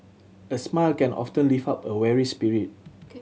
a smile can often lift up a weary spirit